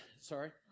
Sorry